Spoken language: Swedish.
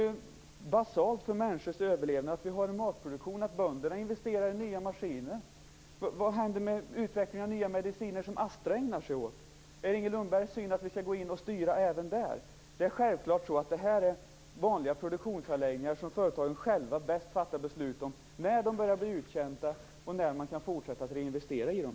Det är basalt för människors överlevnad att vi har en matproduktion och att bönderna investerar i nya maskiner. Vad händer med utvecklingen av nya mediciner, som Astra ägnar sig åt? Är det Inger Lundbergs uppfattning att vi skall gå in och styra även där? Självfallet är detta vanliga produktionsanläggningar som företagen själva bäst fattar beslut om, när de börjar bli uttjänta och när man kan fortsätta att investera i dem.